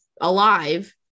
alive